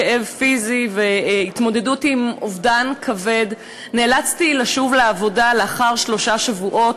כאב פיזי והתמודדות עם אובדן כבד נאלצתי לשוב לעבודה לאחר שלושה שבועות,